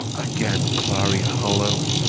again! clary harlowe!